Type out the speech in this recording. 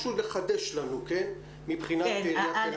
משהו לחדש לנו מבחינת עיריית תל אביב.